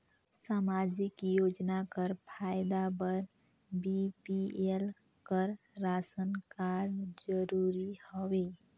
समाजिक योजना कर फायदा बर बी.पी.एल कर राशन कारड जरूरी हवे?